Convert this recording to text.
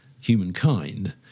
humankind